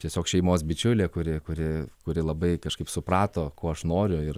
tiesiog šeimos bičiulė kuri kuri kuri labai kažkaip suprato ko aš noriu ir